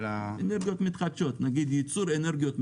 אנרגיות מתחדשות,